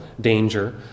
danger